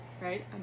right